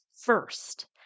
first